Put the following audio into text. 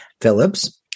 Phillips